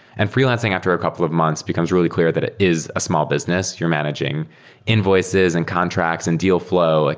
and freelancing after a couple of months becomes really clear that it is a small business. you're managing invoices and contracts and deal fl ow. like